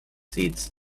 seats